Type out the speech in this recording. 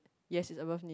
yes is above knee